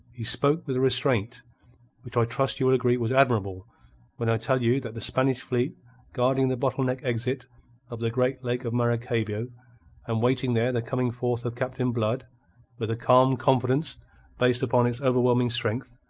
he spoke with a restraint which i trust you will agree was admirable when i tell you that the spanish fleet guarding the bottle-neck exit of the great lake of maracaybo, and awaiting there the coming forth of captain blood with a calm confidence based upon its overwhelming strength,